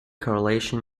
correlation